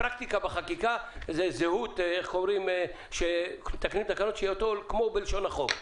פרקטיקה בחקיקה שכשמתקנים תקנות אז שתהיה זהות כמו בלשון החוק.